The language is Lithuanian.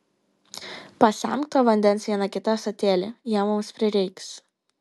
pasemk to vandens vieną kitą ąsotėlį jo mums prireiks